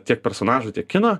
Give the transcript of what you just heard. tiek personažų tiek kino